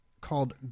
called